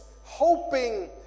hoping